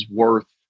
worth